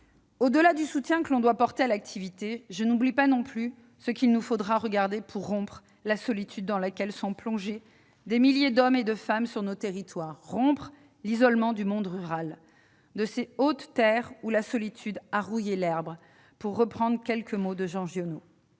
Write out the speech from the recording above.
au-delà du soutien que l'on doit porter à l'activité, je n'oublie pas ce qu'il nous faudra faire pour rompre la solitude dans laquelle sont plongés des milliers d'hommes et de femmes sur nos territoires, rompre l'isolement du monde rural, de « ces hautes terres où la solitude a rouillé l'herbe » pour reprendre quelques mots de Jean Giono.